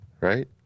right